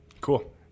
Cool